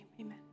amen